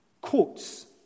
quotes